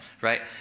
right